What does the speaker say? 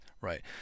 right